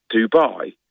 Dubai